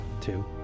Two